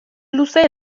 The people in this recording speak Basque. luze